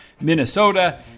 Minnesota